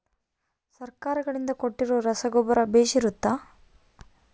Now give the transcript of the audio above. ಸರ್ಕಾರಗಳಿಂದ ಕೊಟ್ಟಿರೊ ರಸಗೊಬ್ಬರ ಬೇಷ್ ಇರುತ್ತವಾ?